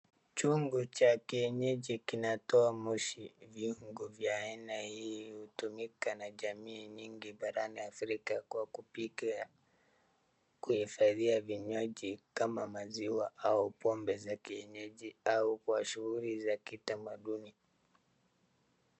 Chungu cha kienyeji kinatoa moshi. Vyungu vya aina hii hutumika na jamii nyingi barani Afrika kwa kupika, kuhifadhia vinywaji kama maziwa au pombe za kienyeji au kwa shughuli za kitamaduni.